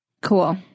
Cool